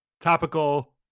Topical